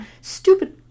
stupid